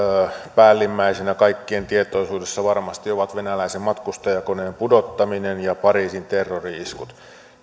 päällimmäisinä kaikkien tietoisuudessa varmasti ovat venäläisen matkustajakoneen pudottaminen ja pariisin terrori iskut